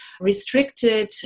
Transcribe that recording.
restricted